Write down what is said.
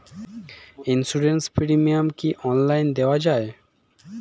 Insurance premium কি online দেওয়া যায়?